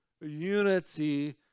unity